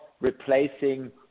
replacing